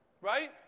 Right